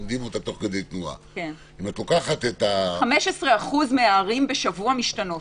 אם את לוקחת- -- 15% מהערים בשבוע משתנות.